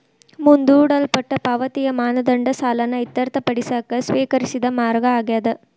ಮುಂದೂಡಲ್ಪಟ್ಟ ಪಾವತಿಯ ಮಾನದಂಡ ಸಾಲನ ಇತ್ಯರ್ಥಪಡಿಸಕ ಸ್ವೇಕರಿಸಿದ ಮಾರ್ಗ ಆಗ್ಯಾದ